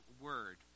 word